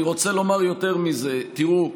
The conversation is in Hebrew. אני רוצה לומר יותר מזה: ראו,